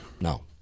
No